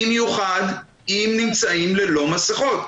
במיוחד אם נמצאים ללא מסכות.